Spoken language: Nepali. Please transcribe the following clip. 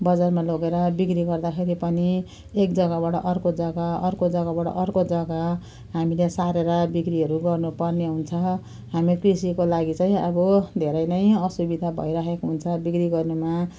बजारमा लगेर बिक्री गर्दाखेरि पनि एक जग्गाबाट अर्को जग्गा अर्को जग्गाबाट अर्को जग्गा हामीहरूले सारेर बिक्रीहरू गर्नुपर्ने हुन्छ हामीहरू त्यसैको लागि चाहिँ अब धेरै नै असुविधा भइरहेको हुन्छ बिक्री गर्नुमा